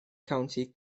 county